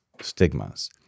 stigmas